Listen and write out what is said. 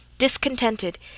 Discontented